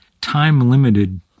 time-limited